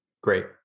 Great